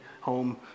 home